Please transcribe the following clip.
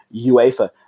UEFA